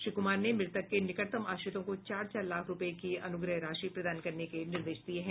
श्री कुमार ने मृतक के निकटतम आश्रितों को चार चार लाख रूपये की अनुग्रह राशि प्रदान करने के निर्देश दिये हैं